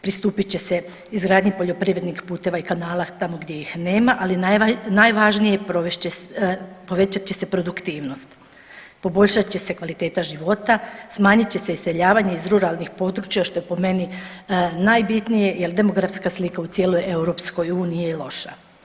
Pristupit će se izgradnji poljoprivrednih puteva i kanala tamo gdje ih nema, ali najvažnije je provest će se, povećat će se produktivnost, poboljšat će se kvaliteta života, smanjit će se iseljavanje iz ruralnih područja što je po meni najbitnije jer demografska slika u cijeloj EU je loša.